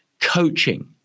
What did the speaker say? coaching